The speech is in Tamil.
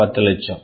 10 லட்சம்